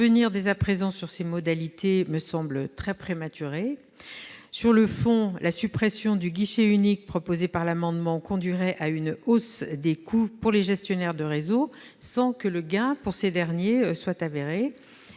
Revenir dès à présent sur ces modalités me semble très prématuré. Sur le fond, la suppression du guichet unique, proposée cet amendement, conduirait à une hausse des coûts pour les gestionnaires de réseaux, sans que le gain pour ceux-ci soit avéré.